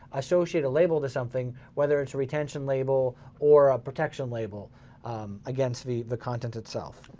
associate a label to something, whether it's a retention label or a protection label against the the content itself.